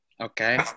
okay